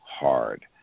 hard